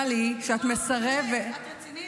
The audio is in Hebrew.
טלי, מזל שאת מסרבת --- לא, באמת, את רצינית?